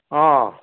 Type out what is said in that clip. অঁ